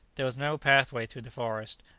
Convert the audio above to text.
there was no pathway through the forest,